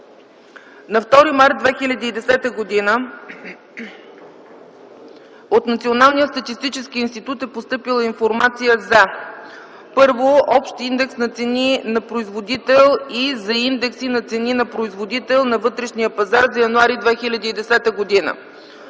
На 2 март 2010 г. от Националния статистически институт е постъпила информация за: 1. Общ индекс на цени на производител и за индекси на цени на производител на вътрешния пазар за м. януари 2010 г.